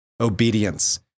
obedience